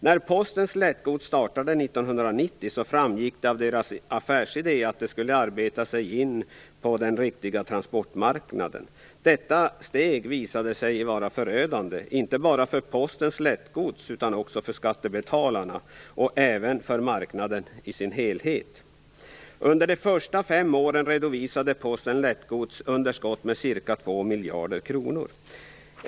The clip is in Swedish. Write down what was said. När Posten Lättgods startade 1990 framgick det av dess affärsidé att det skulle arbeta sig in på den riktiga transportmarknaden. Detta steg visade sig vara förödande, inte bara för Posten Lättgods och skattebetalarna utan även för marknaden i sin helhet. Under de första fem åren redovisade Posten Lättgods underskott med ca 2 miljarder kronor.